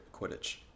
Quidditch